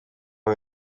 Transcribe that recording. aho